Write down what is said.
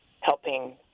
helping